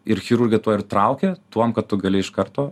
ir chirurgija tuo ir traukia tuom kad tu gali iš karto